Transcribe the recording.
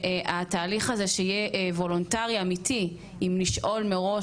שהתהליך הזה שיהיה וולונטרי אמיתי עם לשאול מראש